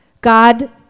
God